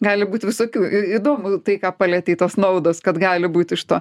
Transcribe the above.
gali būt visokių įdomu tai ką palietei tos naudos kad gali būt iš to